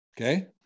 Okay